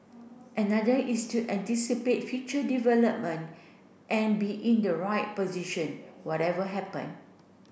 another is to anticipate future development and be in the right position whatever happen